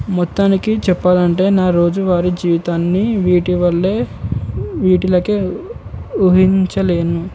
మొత్తానికి చెప్పాలంటే నా రోజు వారి జీవితాన్ని వీటి వల్లే వీటిలకే ఊహించలేను